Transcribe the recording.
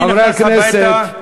חברי הכנסת.